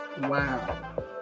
wow